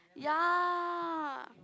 ya